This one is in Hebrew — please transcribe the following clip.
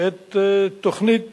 את תוכנית